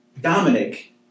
Dominic